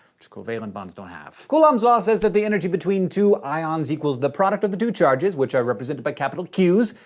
which covalent bonds don't have. coulomb's law says that the energy been two ions equals the product of the two charges, which are represented by capital qs,